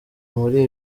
muri